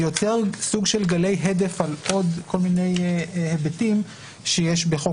זה יוצר סוג של גלי הדף על עוד כל מיני היבטים שיש בחוק